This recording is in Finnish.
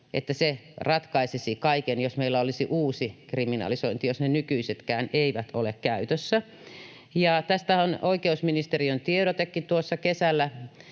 että se ratkaisisi kaiken, jos meillä olisi uusi kriminalisointi, vaikka ne nykyisetkään eivät ole käytössä. Tästä on oikeusministeriön tiedotekin.